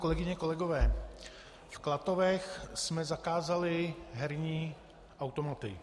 Kolegyně, kolegové, v Klatovech jsme zakázali herní automaty.